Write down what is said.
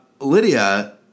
Lydia